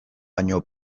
baino